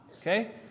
okay